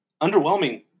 underwhelming